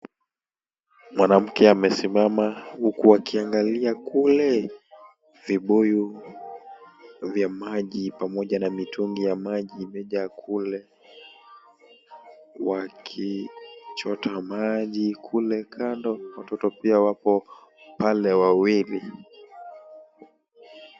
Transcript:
Mwanamke amesimama huku akiangalia kule, vibuyu vya maji pamoja na mitungi ya maji imejaa kule wakichota maji kule kando, watoto pia wapo pale wawili.